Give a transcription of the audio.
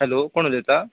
hello कोण उलयता